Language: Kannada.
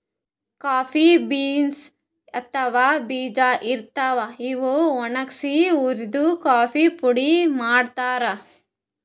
ಕಾಫಿ ಬೀನ್ಸ್ ಅಥವಾ ಬೀಜಾ ಇರ್ತಾವ್, ಇವ್ ಒಣಗ್ಸಿ ಹುರ್ದು ಕಾಫಿ ಪುಡಿ ಮಾಡ್ತಾರ್